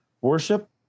worship